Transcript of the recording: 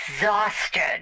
exhausted